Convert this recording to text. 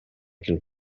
can